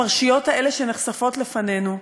לפרשיות האלה שנחשפות לפנינו,